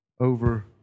over